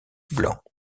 blanc